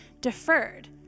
deferred